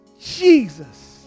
Jesus